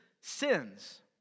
sins